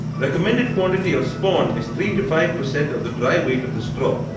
recommended quantity of spawn is three to five percent of the dry weigh of the straw.